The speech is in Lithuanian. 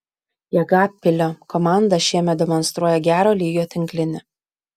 jekabpilio komanda šiemet demonstruoja gero lygio tinklinį